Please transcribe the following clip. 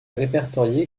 répertorié